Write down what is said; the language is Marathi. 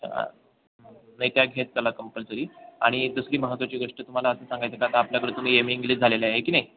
अच्छा नाही त्या घेत चला कंपल्सरी आणि दुसरी महत्त्वाची गोष्ट तुम्हाला आता सांगायचं का आता आपल्याकडं तुम्ही एम ए इंग्लिश झालेल्या आहे की नाही